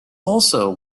also